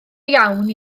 iawn